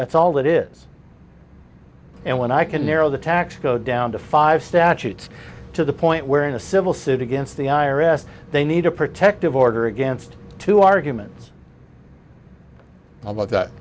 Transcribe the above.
that's all that is and when i can narrow the tax code down to five statutes to the point where in a civil suit against the i r s they need a protective order against two arguments about that